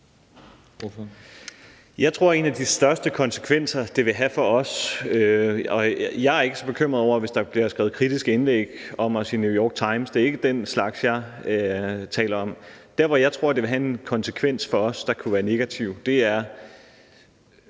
Jeg tror, at en af de største konsekvenser, det ville have for os – jeg er ikke så bekymret over, at der måske bliver skrevet kritiske indlæg om os i New York Times; det er ikke den slags, jeg taler om – og som kunne være negativ, er,